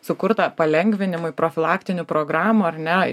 sukurta palengvinimui profilaktinių programų ar ne